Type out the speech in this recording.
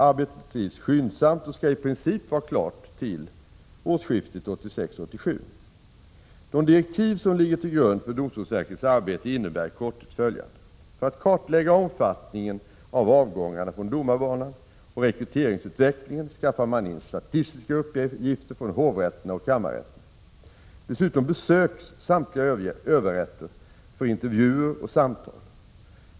Arbetet bedrivs skyndsamt och skall i princip vara klart till årsskiftet 1986-1987. De direktiv som ligger till grund för domstolsverkets arbete innebär i korthet följande. För att kartlägga omfattningen av avgångarna från domarbanan och rekryteringsutvecklingen skaffar man in statistiska uppgifter från hovrätter na och kammarrätterna. Dessutom besöks samtliga överrätter för intervjuer och samtal.